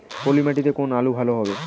পলি মাটিতে কোন আলু ভালো হবে?